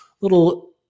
little